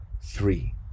three